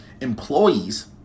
Employees